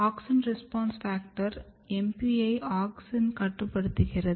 AUXIN RESPONSE FACTOR MP ஐ auxin கட்டுப்படுத்துகிறது